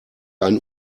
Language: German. ein